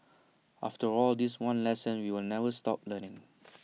after all this one lesson we will never stop learning